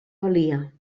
valia